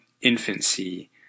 infancy